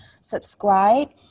subscribe